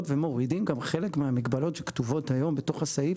ומורידים גם חלק מהמגבלות שכתובות היום בתוך הסעיף.